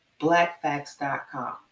BlackFacts.com